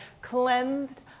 cleansed